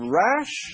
rash